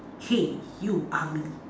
hey you ah-ming